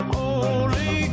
Holy